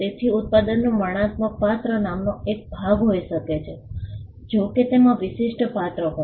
તેથી ઉત્પાદનનું વર્ણનાત્મક પાત્ર નામનો એક ભાગ હોઈ શકે છે જો કે તેમાં વિશિષ્ટ પાત્ર હોય